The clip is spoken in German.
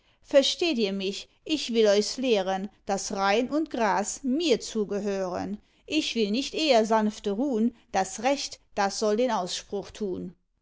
versteht ihr mich ich will euchs lehren daß rain und gras mir zugehören ich will nicht eher sanfte ruhn das recht das soll den ausspruch tun